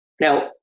Now